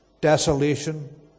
desolation